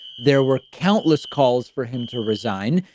there were countless calls for him to resign,